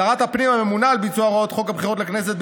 שרת הפנים הממונה על ביצוע הוראות חוק הבחירות לכנסת,